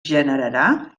generarà